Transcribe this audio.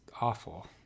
awful